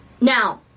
Now